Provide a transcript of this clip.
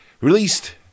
Released